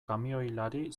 kamioilari